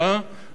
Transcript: בפעם הבאה.